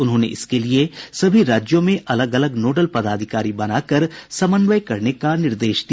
उन्होंने इसके लिए सभी राज्यों में अलग अलग नोडल पदाधिकारी बनाकर समन्वय करने का निर्देश दिया